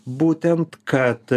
būtent kad